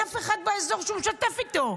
אין אף אחד באזור שהוא משתף איתו.